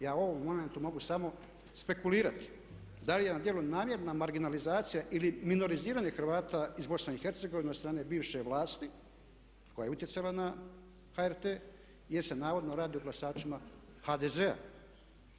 Ja u ovom momentu mogu samo spekulirati da li je na djelu namjerna marginalizacija ili minoriziranje Hrvata iz Bosne i Hercegovine od strane bivše vlasti koja je utjecala na HRT jer se navodno radi o glasačima HDZ-a.